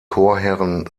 chorherren